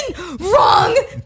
wrong